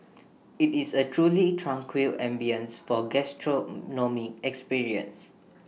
IT is A truly tranquil ambience for gastronomic experience